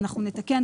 אנחנו נתקן.